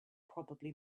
probably